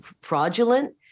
fraudulent